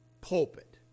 pulpit